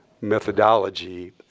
methodology